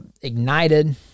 ignited